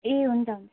ए हुन्छ हुन्छ